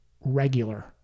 regular